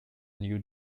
new